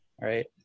right